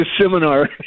seminar